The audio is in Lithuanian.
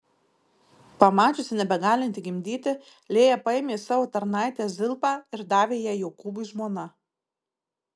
pamačiusi nebegalinti gimdyti lėja paėmė savo tarnaitę zilpą ir davė ją jokūbui žmona